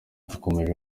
yakomeje